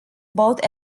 both